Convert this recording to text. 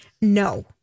No